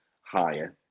higher